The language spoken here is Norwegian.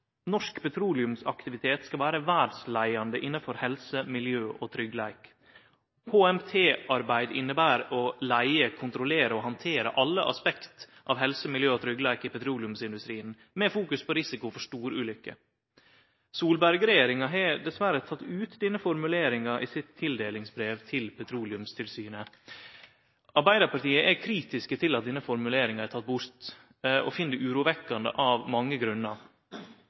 Norsk petroleumsaktivitet skal vere verdsleiande innanfor helse, miljø og tryggleik. HMT-arbeid inneber å leie, kontrollere og handtere alle aspekt av helse, miljø og tryggleik i petroleumsindustrien med fokus på risiko for storulukker. Solberg-regjeringa har diverre teke ut denne formuleringa i sitt tildelingsbrev til Petroleumstilsynet. Arbeidarpartiet er kritisk til at denne formuleringa er teken bort, og finn det urovekkjande av mange grunnar.